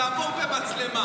הוא יעבור במצלמה.